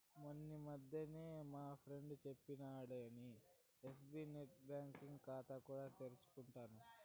మొన్నీ మధ్యనే మా ఫ్రెండు సెప్పినాడని ఎస్బీఐ నెట్ బ్యాంకింగ్ కాతా కూడా తీసుకుండాను